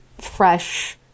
Fresh